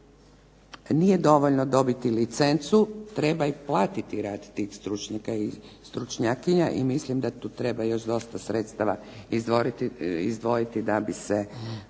nije dovoljno dobiti licencu treba i platiti rad tih stručnjaka i stručnjakinja i mislim da tu treba još sredstava izdvojiti da bi se